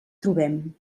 trobem